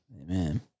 Amen